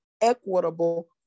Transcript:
equitable